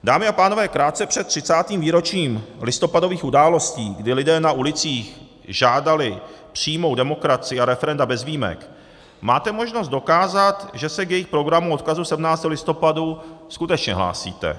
Dámy a pánové, krátce před 30. výročím listopadových událostí, kdy lidé na ulicích žádali přímou demokracii a referenda bez výjimek, máte možnost dokázat, že se k jejich programu odkazu 17. listopadu skutečně hlásíte.